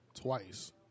twice